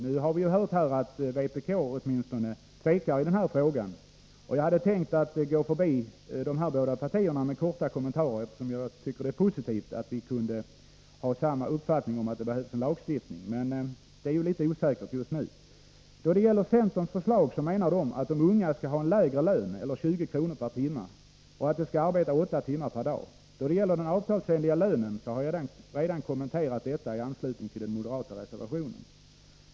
Nu har vi hört här att åtminstone vpk tvekari denna fråga. Jag hade tänkt gå förbi dessa båda partier med korta kommentarer, eftersom jag tycker att det är positivt att de har samma uppfattning som vi om att en lagstiftning behövs. Men det är litet osäkert just nu. Centern menar att de unga skall ha en lägre lön eller 20 kr. per timme och att de skall arbeta 8 timmar per dag. Den avtalsenliga lönen har jag redan kommenterat i anslutning till den moderata reservationen.